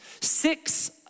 Six